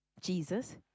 Jesus